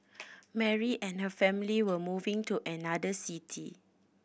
Mary and her family were moving to another city